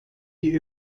die